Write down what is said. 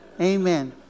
Amen